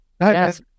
Yes